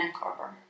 Carver